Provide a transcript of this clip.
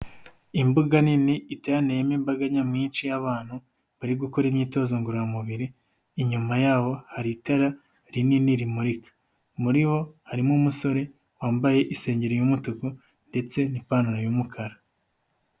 Imbuga nini iteteyeyemo imbaga nyamwinshi y'abantu, bari gukora imyitozo ngororamubiri, inyuma yaho hari, itara rinini rimurika muri bo harimo umusore wambaye isengero y'umutuku ndetse n'ipantaro y'umukara.